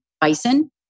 bison